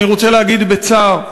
אני רוצה להגיד בצער,